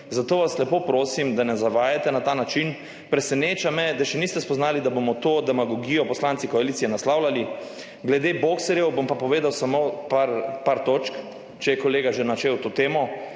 Zato vas lepo prosim, da ne zavajate na ta način. Preseneča me, da še niste spoznali, da bomo to demagogijo poslanci koalicije naslavljali. Glede boxerjev bom pa povedal samo nekaj točk, če je kolega že načel to temo,